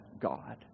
God